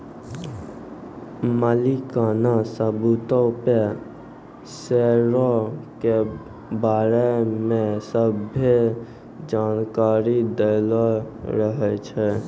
मलिकाना सबूतो पे शेयरो के बारै मे सभ्भे जानकारी दैलो रहै छै